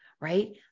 right